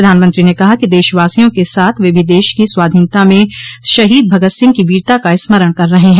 प्रधानमंत्री ने कहा कि देशवासियों के साथ वे भी देश की स्वाधीनता में शहीद भगत सिंह की वीरता का स्मरण कर रहे हैं